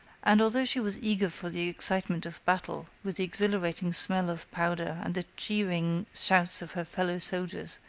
and although she was eager for the excitement of battle with the exhilarating smell of powder and the cheering shouts of her fellow-soldiers,